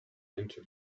into